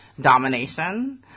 domination